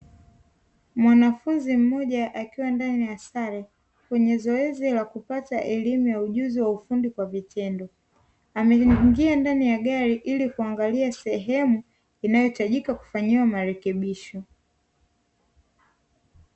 Mwanafunzi mmoja akiwa ndani ya sare kwenye zoezi la kupata elimu ya ujuzi wa ufundi kwa vitendo, ameingia ndani ya gari ili kuangalia sehemu inayohitajika kufanyiwa marekebisho.